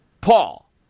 Paul